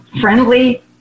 friendly